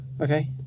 Okay